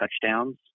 touchdowns